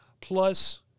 plus